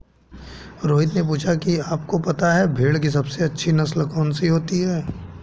रोहित ने पूछा कि आप को पता है भेड़ की सबसे अच्छी नस्ल कौन सी होती है?